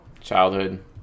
childhood